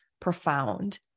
profound